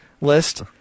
list